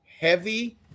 heavy